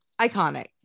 iconic